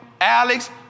Alex